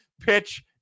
pitch